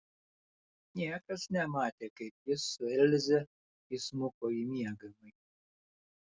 niekas nematė kaip jis su elze įsmuko į miegamąjį